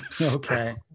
Okay